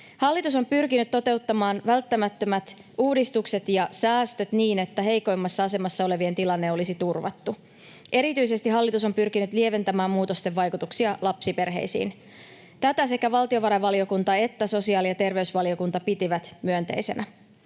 Hallitus on pyrkinyt toteuttamaan välttämättömät uudistukset ja säästöt niin, että heikoimmassa asemassa olevien tilanne olisi turvattu. Hallitus on pyrkinyt lieventämään muutosten vaikutuksia erityisesti lapsiperheisiin. Tätä sekä valtiovarainvaliokunta että sosiaali- ja terveysvaliokunta pitivät myönteisenä.